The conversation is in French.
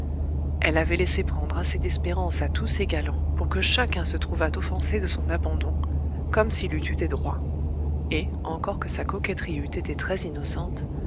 elle avait laissé prendre assez d'espérance à tous ses galants pour que chacun se trouvât offensé de son abandon comme s'il eût eu des droits et encore que sa coquetterie